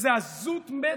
איזו עזות מצח,